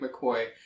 McCoy